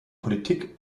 politik